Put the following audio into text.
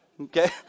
Okay